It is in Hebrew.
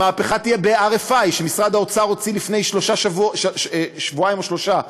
המהפכה תהיה ב-RFI שמשרד האוצר הוציא לפני שבועיים או שלושה,